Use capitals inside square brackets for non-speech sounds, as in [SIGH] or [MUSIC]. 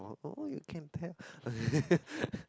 orh oh you can tell [LAUGHS]